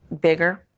Bigger